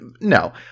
no